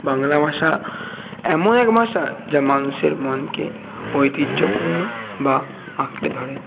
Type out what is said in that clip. বাংলা ভাষা এমন এক ভাষা যা মানুষের মনকে ঐতিহ্যপূর্ণ বা আঁকড়ে ধরে